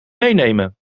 meenemen